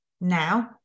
now